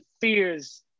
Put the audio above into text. fears